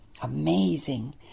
Amazing